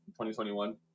2021